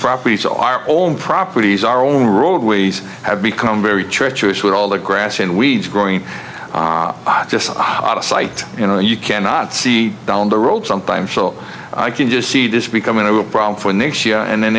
property so our own properties our own roadways have become very treacherous with all the grass and weeds growing just odd a site you know you cannot see down the road sometimes so i can just see this becoming a problem for next year and then